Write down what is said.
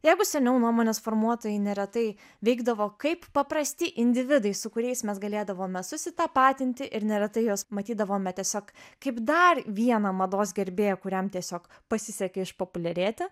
jeigu seniau nuomonės formuotojai neretai veikdavo kaip paprasti individai su kuriais mes galėdavome susitapatinti ir neretai juos matydavome tiesiog kaip dar vieną mados gerbėją kuriam tiesiog pasisekė išpopuliarėti